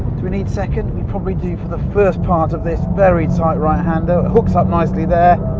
do we need second? we probably do for the first part of this very tight right-hander. it hooks up nicely there.